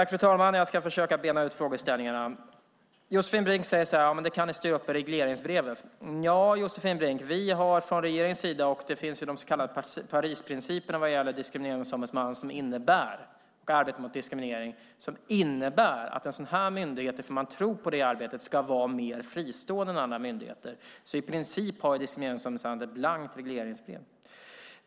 Fru talman! Jag ska försöka bena ut frågeställningarna. Josefin Brink säger att vi kan styra upp detta i regleringsbrevet. Nja, Josefin Brink, vi följer från regeringens sida de så kallade Parisprinciperna vad gäller Diskrimineringsombudsmannen och arbetet mot diskriminering. Dessa innebär att en sådan här myndighet ska vara mer fristående än andra myndigheter, för man tror på det arbetet. I princip har Diskrimineringsombudsmannen ett blankt regleringsbrev.